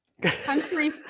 country